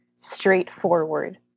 straightforward